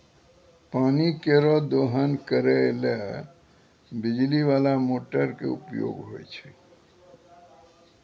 पानी केरो दोहन करै ल बिजली बाला मोटर क उपयोग होय छै